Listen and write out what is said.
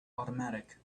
automatic